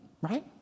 right